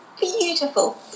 beautiful